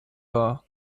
dar